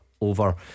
over